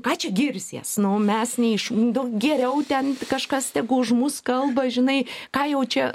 ką čia girsies nu o mes ne iš geriau ten kažkas tegu už mus kalba žinai ką jau čia